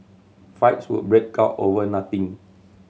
fights would break out over nothing